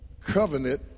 covenant